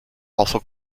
also